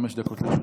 חמש דקות לרשותך,